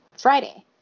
Friday